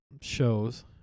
shows